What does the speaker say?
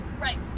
right